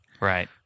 Right